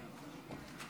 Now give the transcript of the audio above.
אדוני היושב בראש,